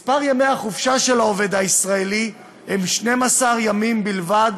מספר ימי החופשה של העובד הישראלי הוא 12 ימים בלבד,